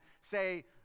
say